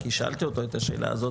כי שאלתי אותו את השאלה הזאת,